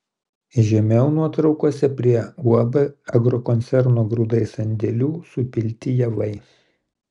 žemiau nuotraukose prie uab agrokoncerno grūdai sandėlių supilti javai